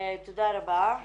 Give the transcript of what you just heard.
תודה רבה.